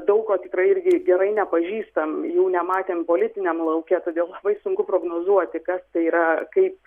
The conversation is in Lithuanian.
daug ko tikrai irgi gerai nepažįstam jų nematėm politiniam lauke todėl labai sunku prognozuoti kas tai yra kaip